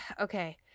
okay